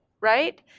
right